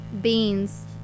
Beans